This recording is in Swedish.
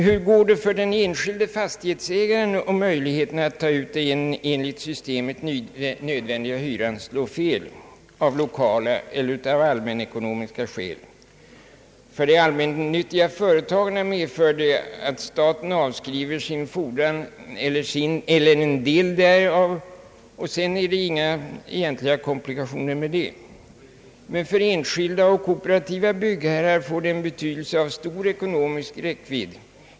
Hur går det för den enskilde fastighetsägaren om möjligheten att ta ut den enligt systemet nödvändiga hyran slår fel av lokala eller allmänekonomiska skäl? För de samhällsnyttiga företagen medför det att staten avskriver sin fordran eller en del därav, och sedan finns det inga egentliga komplikationer. Men för enskilda och kooperativa byggherrar får det en betydelse av stor ekonomisk räckvidd.